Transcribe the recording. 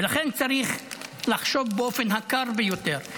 ולכן צריך לחשוב באופן הקר ביותר,